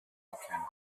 erkennen